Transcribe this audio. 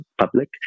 public